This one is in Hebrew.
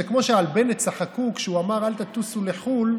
זה כמו שעל בנט צחקו כשהוא אמר: אל תטוסו לחו"ל,